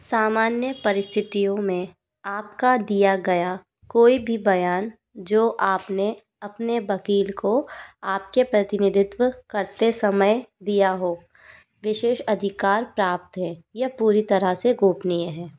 सामान्य परिस्थितियों में आपका दिया गया कोई भी बयान जो आप ने अपने वकील को आपके प्रतिनिधित्व करते समय दिया हो विशेषअधिकार प्राप्त है यह पूरी तरह से गोपनीय है